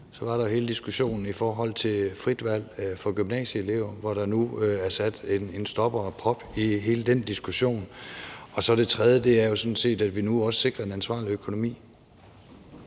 Så var der hele diskussionen om frit valg for gymnasieelever, og der er nu sat en stopper for og en prop i hele den diskussion. Det tredje er jo sådan set, at vi nu også sikrer en ansvarlig økonomi.